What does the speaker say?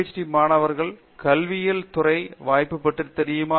D மாணவர்களுக்கு கல்வியியல் துறை வாய்ப்பு பற்றி தெரியுமா